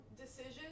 decision